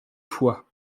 fois